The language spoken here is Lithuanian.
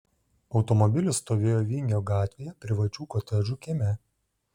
automobilis stovėjo vingio gatvėje privačių kotedžų kieme